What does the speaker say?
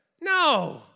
No